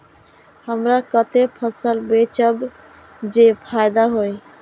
हमरा कते फसल बेचब जे फायदा होयत?